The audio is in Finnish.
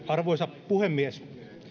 arvoisa puhemies